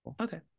Okay